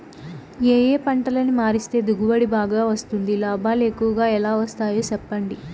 ఏ ఏ పంటలని మారిస్తే దిగుబడి బాగా వస్తుంది, లాభాలు ఎక్కువగా ఎలా వస్తాయి సెప్పండి